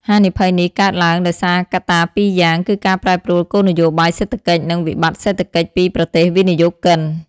ហានិភ័យនេះកើតឡើងដោយសារកត្តាពីរយ៉ាង គឺការប្រែប្រួលគោលនយោបាយសេដ្ឋកិច្ច និងវិបត្តិសេដ្ឋកិច្ចពីប្រទេសវិនិយោគិន។